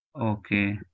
okay